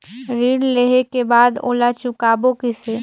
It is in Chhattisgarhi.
ऋण लेहें के बाद ओला चुकाबो किसे?